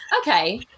okay